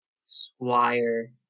squire